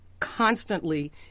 constantly